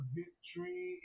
victory